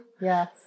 Yes